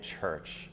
Church